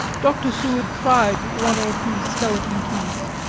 dr. seward tried one or two skeleton keys,